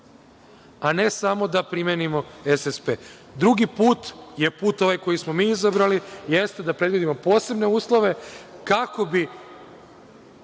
a ne samo da primenimo SSP. Drugi put je put koji smo mi izabrali, jeste da predvidimo posebne uslove kako bi